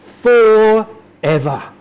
forever